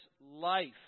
life